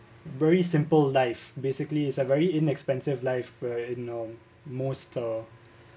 very simple life basically is a very inexpensive life where you know most a